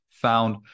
found